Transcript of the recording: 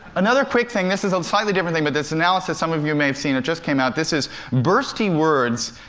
another quick thing this is a slightly different thing, but this analysis some of you may have seen. it just came out. this is bursty words,